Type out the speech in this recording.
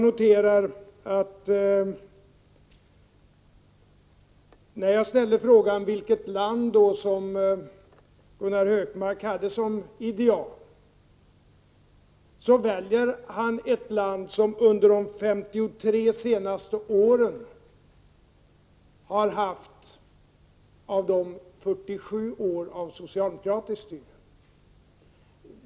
När jag ställer frågan vilket land som Gunnar Hökmark har som ideal väljer han ett land som under de senaste 53 åren har haft 47 år av socialdemokratiskt styre.